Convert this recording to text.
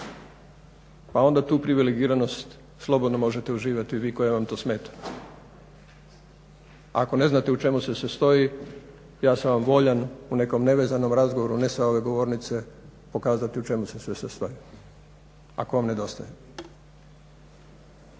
A onda tu privilegiranost slobodno možete uživati vi koje vam to smeta. A ako ne znate u čemu se sastoji ja sam vam voljan u nekom nevezanom razgovoru ne sa ove govornice pokazati u čemu se sve sastoji ako vam nedostaje.